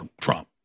Trump